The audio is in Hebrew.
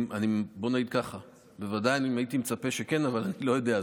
בוא נגיד כך: בוודאי הייתי מצפה שכן אבל אני לא יודע.